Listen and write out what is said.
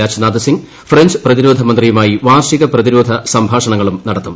Rajnath Singh French പ്രതിരോധ മന്ത്രിയുമായി വാർഷിക പ്രതിരോധ സംഭാഷണങ്ങളും നടത്തും